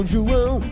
João